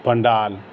पण्डाल